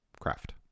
craft